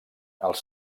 els